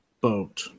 boat